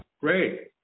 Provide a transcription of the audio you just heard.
Great